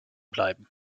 bleiben